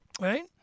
right